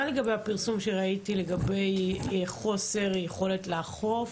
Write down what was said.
מה לגבי הפרסום שראיתי שמדבר על חוסר יכולת לאכוף?